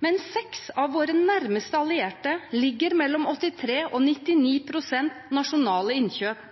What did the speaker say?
mens seks av våre nærmeste allierte ligger på mellom 83 og 99 pst. nasjonale innkjøp.